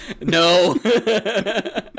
No